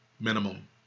minimum